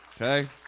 Okay